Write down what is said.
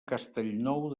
castellnou